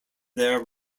their